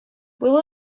will